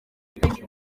ati